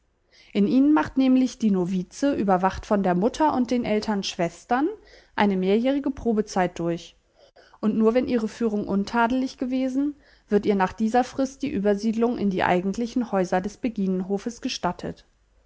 in ihnen macht nämlich die novize überwacht von der mutter und den ältern schwestern eine mehrjährige probezeit durch und nur wenn ihre führung untadelig gewesen wird ihr nach dieser frist die übersiedlung in die eigentlichen häuser des beginenhofes gestattet